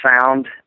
sound